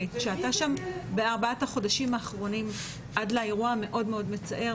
והיא שהתה שם בארבעת החודשים האחרונים עד לאירוע המאוד מצער.